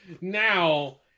Now